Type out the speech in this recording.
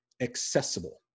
accessible